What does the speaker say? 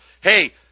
hey